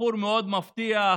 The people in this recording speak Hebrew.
בחור מאוד מבטיח,